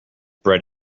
bread